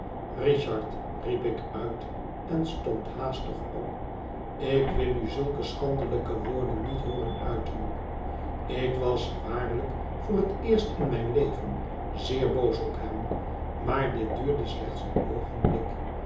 richard riep ik uit en stond haastig op ik wil u zulke schandelijke woorden niet hooren uiten i ik was waarlijk voor het eerst in mijn leven zeer boos op hem maar dit duurde slechts een oogénblik